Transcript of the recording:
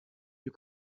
you